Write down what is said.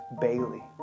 Bailey